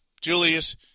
Julius